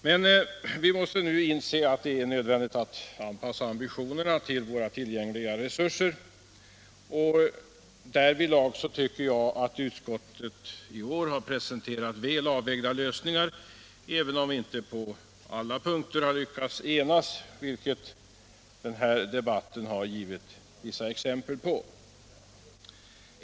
Men vi måste nu inse att det är nödvändigt att anpassa ambitionerna till tillgängliga resurser. Därvidlag tycker jag att utskottet i år har pre senterat väl avvägda lösningar, även om vi inte på alla punkter lyckats enas, vilket den här debatten givit vissa exempel på.